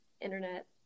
internet